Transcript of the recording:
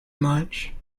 much